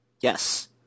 Yes